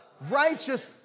righteous